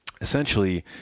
essentially